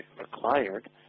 required